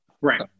Right